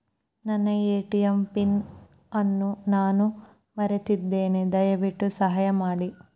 ನನ್ನ ATM PIN ಅನ್ನು ನಾನು ಮರೆತಿದ್ದೇನೆ, ದಯವಿಟ್ಟು ಸಹಾಯ ಮಾಡಿ